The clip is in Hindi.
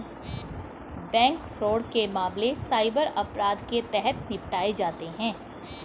बैंक फ्रॉड के मामले साइबर अपराध के तहत निपटाए जाते हैं